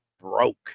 broke